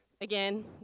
Again